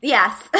Yes